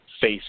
face